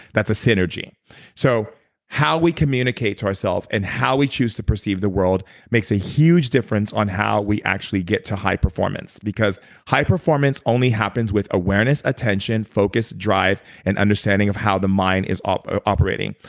that's a synergy so how we communicate to our self and how we choose to perceive the world makes a huge difference on how we actually get to high performance because high performance only happens with awareness, attention, focus, drive and understanding of how the mind is ah operating.